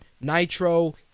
Nitro